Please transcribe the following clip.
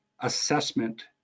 assessment